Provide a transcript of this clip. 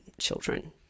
children